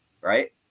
right